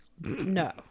No